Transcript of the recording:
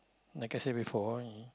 like I said before